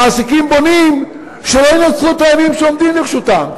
המעסיקים בונים על כך שהם לא ינצלו את הימים שעומדים לרשותם,